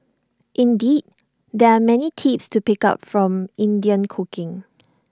indeed there are many tips to pick up from Indian cooking